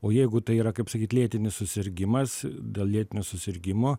o jeigu tai yra kaip sakyt lėtinis susirgimas dėl lėtinio susirgimo